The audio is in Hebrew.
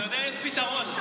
אתה יודע, יש פתרון.